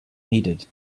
needed